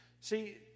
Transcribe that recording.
See